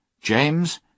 James